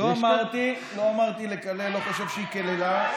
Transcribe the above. לא אמרתי לקלל, לא חושב שהיא קיללה.